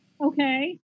okay